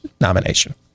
nomination